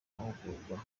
mahugurwa